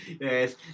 Yes